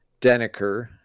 Deniker